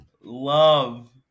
Love